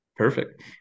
Perfect